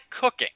cooking